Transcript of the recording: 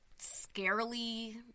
scarily